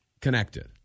Connected